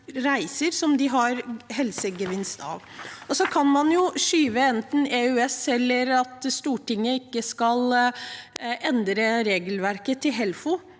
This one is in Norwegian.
som de har helsegevinst av. Man kan skyve foran seg EØS eller at Stortinget ikke skal endre regelverket til Helfo,